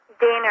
Dana